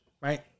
right